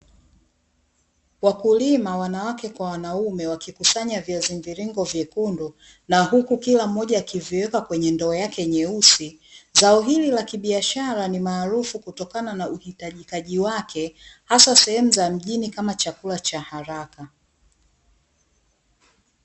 Wakulima wanawake kwa wanaume wakikusanya viazi mviringo vyekundu, na huku kila mmoja akiviweka kwenye ndoo yake nyeusi, zao hili la kibiashara ni maarufu kutokana na uhitajikaji wake, hasa sehemu za mjini kama chakula cha haraka.